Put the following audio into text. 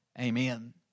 Amen